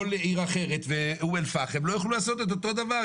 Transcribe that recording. עיר אחרת לא יוכלו לעשות את אותו הדבר.